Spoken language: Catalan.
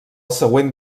següent